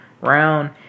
round